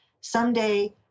someday